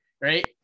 Right